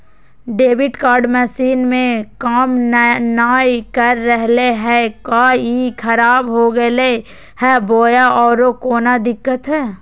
Debit card machine में काम नाय कर रहले है, का ई खराब हो गेलै है बोया औरों कोनो दिक्कत है?